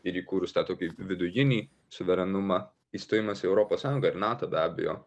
ir įkūrus tą tokį vidujinį suverenumą įstojimas į europos sąjungą ir nato be abejo